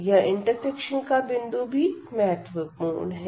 यह इंटरसेक्शन का बिंदु भी महत्वपूर्ण है